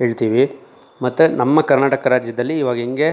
ಹೇಳ್ತೀವಿ ಮತ್ತೆ ನಮ್ಮ ಕರ್ನಾಟಕ ರಾಜ್ಯದಲ್ಲಿ ಇವಾಗೆಂಗೆ